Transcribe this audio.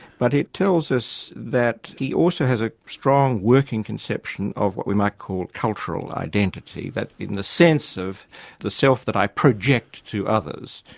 but it tells us that he also has a strong working conception of what we might call cultural identity, in the sense of the self that i project to others.